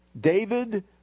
David